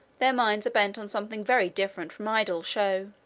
their minds are bent on something very different from idle show.